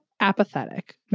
apathetic